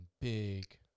big